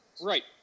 Right